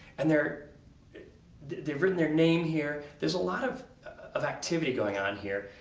and they're they've written their name here. there's a lot of of activity going on here,